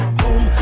boom